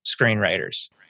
screenwriters